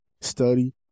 study